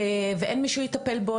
המטופל הזה אין מי שיטפל בו,